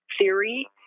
theory